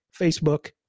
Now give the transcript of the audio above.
Facebook